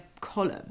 column